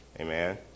Amen